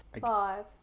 five